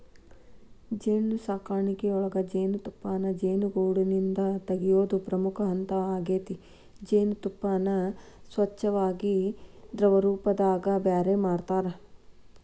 ಜೇನುಸಾಕಣಿಯೊಳಗ ಜೇನುತುಪ್ಪಾನ ಜೇನುಗೂಡಿಂದ ತಗಿಯೋದು ಮುಖ್ಯ ಹಂತ ಆಗೇತಿ ಜೇನತುಪ್ಪಾನ ಸ್ವಚ್ಯಾಗಿ ದ್ರವರೂಪದಾಗ ಬ್ಯಾರೆ ಮಾಡ್ತಾರ